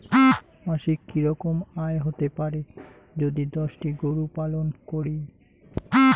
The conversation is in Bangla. মাসিক কি রকম আয় হতে পারে যদি দশটি গরু পালন করি?